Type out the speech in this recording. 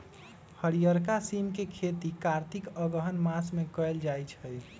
हरियरका सिम के खेती कार्तिक अगहन मास में कएल जाइ छइ